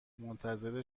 منتظر